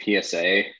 PSA